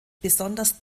besonders